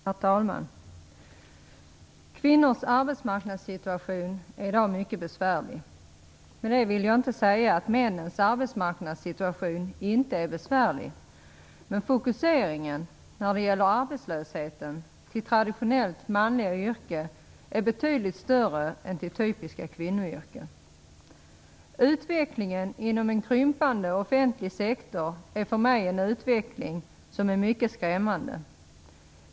Herr talman! Kvinnors arbetsmarknadssituation är i dag mycket besvärlig. Med det vill jag inte säga att männens arbetsmarknadssituation inte är besvärlig, men fokuseringen på arbetslösheten är betydligt större inom traditionellt manliga arbeten än inom typiska kvinnoyrken. Utvecklingen inom en krympande offentlig sektor är för mig mycket skrämmande.